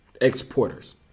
exporters